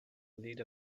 leader